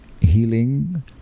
healing